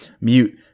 Mute